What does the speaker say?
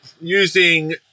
using